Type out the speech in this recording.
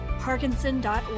parkinson.org